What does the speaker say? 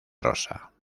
rosa